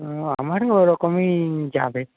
হুম আমারও ওরকমই যাবে